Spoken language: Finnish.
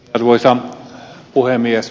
arvoisa puhemies